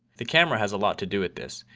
the camera has a lot to do with this.